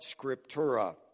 scriptura